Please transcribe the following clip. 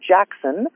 Jackson